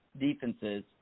defenses